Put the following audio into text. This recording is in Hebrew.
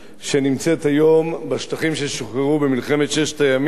שנמצאים היום בשטחים ששוחררו במלחמת ששת הימים